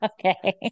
okay